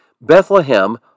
Bethlehem